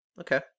okay